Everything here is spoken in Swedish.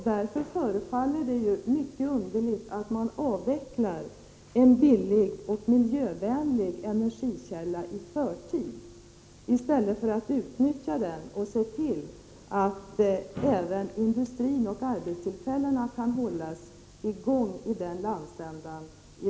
Därför förefaller det mycket underligt att man avvecklar en billig och miljövänlig energikälla i förtid, i stället för att utnyttja den och se till att även industrin och arbetstillfällena kan hållas i gång i den landsändan.